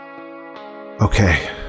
okay